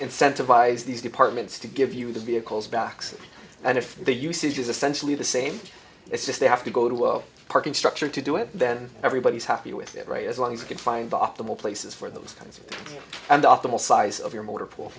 incentivize these departments to give you the vehicles backs and if the usage is essentially the same it's just they have to go to a parking structure to do it then everybody is happy with it right as long as you can find the optimal places for those kinds of and optimal size of your motor pool